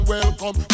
Welcome